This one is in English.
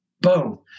Boom